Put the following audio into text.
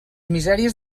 misèries